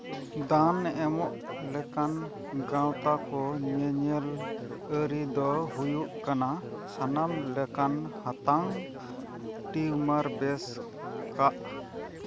ᱫᱟᱱ ᱮᱢᱚᱜ ᱞᱮᱠᱟᱱ ᱜᱟᱶᱛᱟ ᱠᱚ ᱧᱮᱧᱮᱞ ᱟᱹᱨᱤ ᱫᱚ ᱦᱩᱭᱩᱜ ᱠᱟᱱᱟ ᱥᱟᱱᱟᱢ ᱞᱮᱠᱟᱱ ᱦᱟᱛᱟᱝ ᱴᱤᱣᱩᱢᱟᱨ ᱵᱮᱥ ᱠᱟᱜ